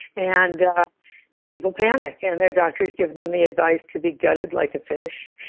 and ah people panic, and their doctors give them the advice to be gutted like a fish,